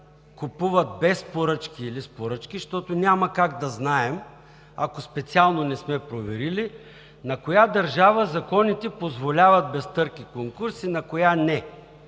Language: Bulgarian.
купуват без поръчки или с поръчки, защото няма как да знаем, ако специално не сме проверили на коя държава законите позволяват без търг и конкурс и на коя – не.